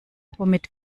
womit